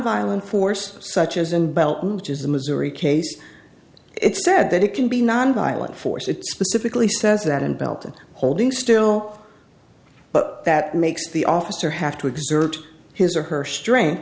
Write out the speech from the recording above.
violent force such as in belton which is the missouri case it's said that it can be nonviolent force it specifically says that in belton holding still but that makes the officer have to exert his or her streng